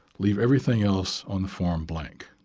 leave everything else on the form blank.